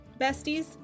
besties